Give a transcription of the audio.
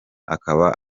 akaba